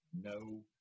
no